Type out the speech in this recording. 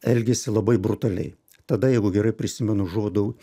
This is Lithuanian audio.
elgėsi labai brutaliai tada jeigu gerai prisimenu žuvo dau